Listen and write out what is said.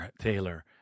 Taylor